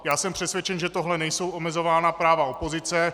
Já jsem přesvědčen, že tím nejsou omezována práva opozice.